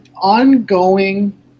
ongoing